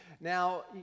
Now